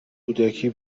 کودکی